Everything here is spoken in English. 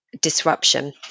disruption